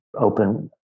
Open